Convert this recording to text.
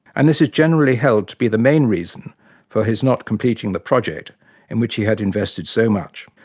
and this is generally held to be the main reason for his not completing the project in which he had invested so much.